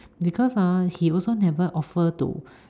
because ah he also never offer to